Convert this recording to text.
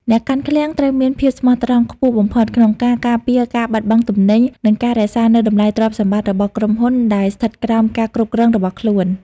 អ្នកកាន់ឃ្លាំងត្រូវមានភាពស្មោះត្រង់ខ្ពស់បំផុត ក្នុងការការពារការបាត់បង់ទំនិញ និងការរក្សានូវតម្លៃទ្រព្យសម្បត្តិរបស់ក្រុមហ៊ុនដែលស្ថិតក្រោមការគ្រប់គ្រងរបស់ខ្លួន។